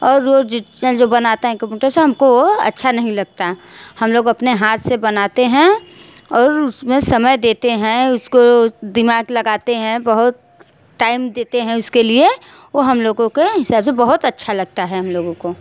और जो बनाते हैं कंप्युटर से हमको वो अच्छा नहीं लगता हम लोग अपने हाथ से बनाते हैं और उसमें समय देते हैं उसको दिमाग लगाते हैं बहुत टाइम देते हैं उसके लिए वो हम लोगों के हिसाब से बहुत अच्छा लगता है हम लोगों को